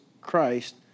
Christ